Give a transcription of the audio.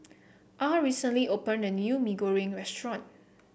Ah recently opened a new Mee Goreng restaurant